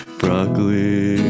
broccoli